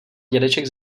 dědeček